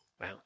Wow